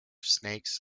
snakes